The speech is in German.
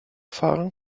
fahren